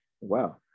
Wow